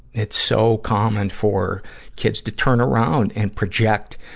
it's so common for kids to turn around and project,